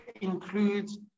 includes